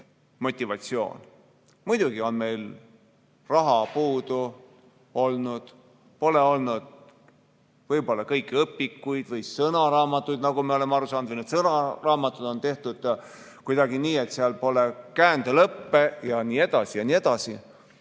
motivatsioon. Muidugi on meil raha puudu olnud, pole olnud võib-olla kõiki õpikuid või sõnaraamatuid, nagu me oleme aru saanud, või sõnaraamatud on tehtud kuidagi nii, et seal pole käändelõppe jne, jne, kuid